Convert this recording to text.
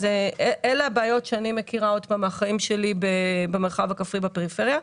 אלה הבעיות שאני מכירה מהחיים שלי במרחב הכפרי בפריפריה.